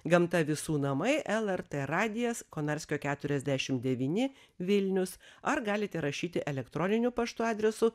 gamta visų namai lrt radijas konarskio keturiasdešim devyni vilnius ar galite rašyti elektroniniu paštu adresu